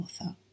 author